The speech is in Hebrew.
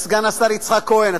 סגן השר יצחק כהן,